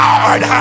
Lord